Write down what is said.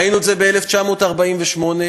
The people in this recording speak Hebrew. ראינו את זה ב-1948 וב-1967,